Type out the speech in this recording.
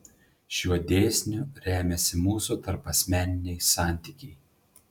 šiuo dėsniu remiasi mūsų tarpasmeniniai santykiai